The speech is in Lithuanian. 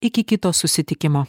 iki kito susitikimo